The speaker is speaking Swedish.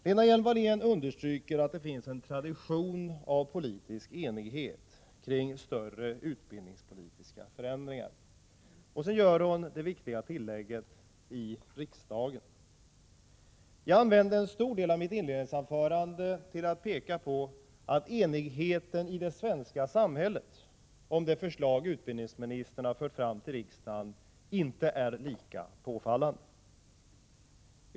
Lena Hjelm-Wallén understryker att det finns en tradition av politisk enighet kring större utbildningspolitiska förändringar. Sedan gör hon det viktiga tillägget ”i riksdagen”. Jag använde en stor del av mitt inledningsanförande till att peka på att enigheten i det svenska samhället om det förslag utbildningsministern fört fram till riksdagen inte är lika påfallande som den är här i dag mellan socialdemokraterna, centern och vpk.